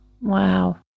Wow